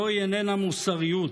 זוהי איננה מוסריות,